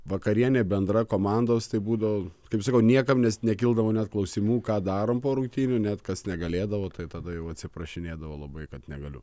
vakarienė bendra komandos tai būdavo kaip sakau niekam nes nekildavo net klausimų ką darom po rungtynių net kas negalėdavo tai tada jau atsiprašinėdavo labai kad negaliu